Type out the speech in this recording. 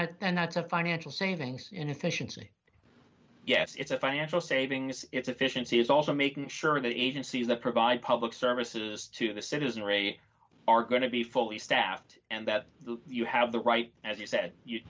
that's and that's a financial savings and efficiency yes it's a financial savings it's efficiency is also making sure that agencies the provide public services to the citizenry are going to be fully staffed and that you have the right as you said you